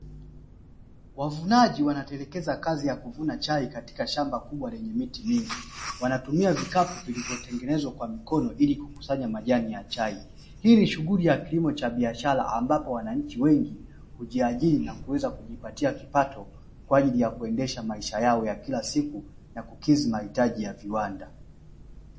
Wavunaji wanatelekeza kazi ya kuvuna chai katika shamba kubwa lenye miti mingi, wanatumia vikapu vilivyotengenezwa kwa mikono ili kukusanya majani ya chai, hii ni shughuli ya kilimo cha biashara ambapo wananchi wengi hujiajiri na kuweza kujipatia kipato kwa ajili ya kuendesha maisha yao ya kila siku na kukidhi mahitaji ya viwanda.